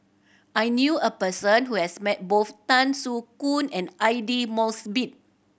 I knew a person who has met both Tan Soo Khoon and Aidli Mosbit